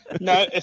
No